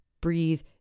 breathe